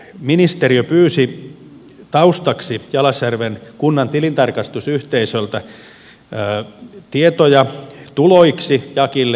ministeriö pyysi taustaksi jalasjärven kunnan tilintarkastusyhteisöltä tietoja tuloiksi jakkille